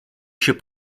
się